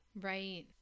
Right